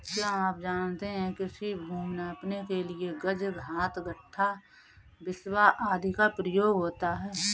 क्या आप जानते है कृषि भूमि नापने के लिए गज, हाथ, गट्ठा, बिस्बा आदि का प्रयोग होता है?